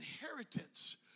inheritance